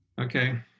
okay